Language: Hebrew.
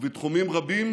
ובתחומים רבים,